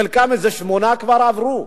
חלקם, כשמונה, כבר עברו.